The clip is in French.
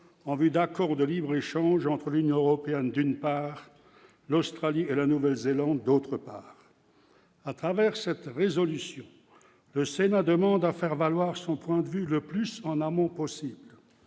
en vue d'accords de libre-échange entre l'Union européenne d'une part, l'Australie et la Nouvelle-Zélande, d'autre part à travers cette résolution, le sénat demande à faire valoir son point de vue le plus en amont aussi ses